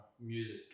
music